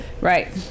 Right